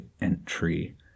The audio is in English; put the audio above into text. entry